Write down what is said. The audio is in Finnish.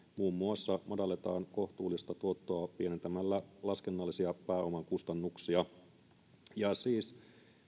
muun muassa madalletaan kohtuullista tuottoa pienentämällä laskennallisia pääoman kustannuksia siis